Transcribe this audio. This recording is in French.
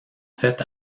fait